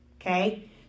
Okay